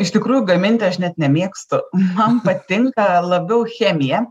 iš tikrųjų gaminti aš net nemėgstu man patinka labiau chemija